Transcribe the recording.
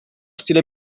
stile